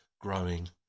growing